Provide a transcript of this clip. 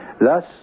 Thus